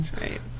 Right